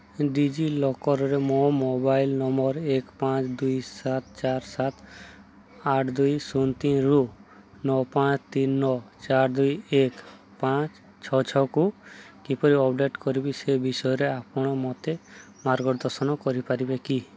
ଡିଜିଲକର୍ରେ ମୋ mobile number ଏକ ପାଞ୍ଚ ଦୁଇ ସାତ ଚାରି ସାତ ଆଠ ଦୁଇ ଶୂନ ତିନି ରୁ ନଅ ପାଞ୍ଚ ତିନି ନଅ ଚାରି ଦୁଇ ଏକ ପାଞ୍ଚ ଛଅ ଛଅ କୁ କିପରି ଅପଡ଼େଟ୍ କରିବି ସେ ବିଷୟରେ ଆପଣ ମୋତେ ମାର୍ଗଦର୍ଶନ କରିପାରିବେ କି